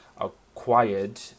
acquired